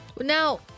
Now